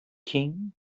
king